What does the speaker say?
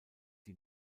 die